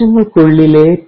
കോശങ്ങൾക്കുള്ളിലെ P